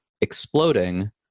exploding